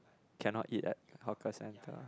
cannot eat at hawker center